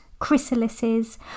chrysalises